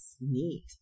Neat